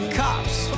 cops